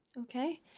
Okay